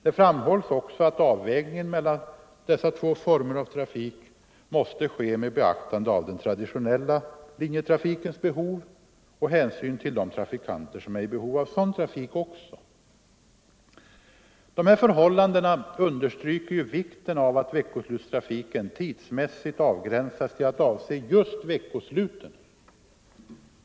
Det framhålls också att avvägningen mellan dessa två former av trafik måste ske med beaktande av den traditionella linjetrafikens behov och med hänsyn till de trafikanter som är i behov av en sådan trafik. Dessa förhållanden understryker vikten av att veckoslutstrafiken tidsmässigt avgränsas till att avse just veckosluten.